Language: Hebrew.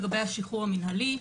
לגבי השחרור המנהלי,